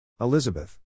Elizabeth